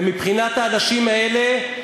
ומבחינת האנשים האלה,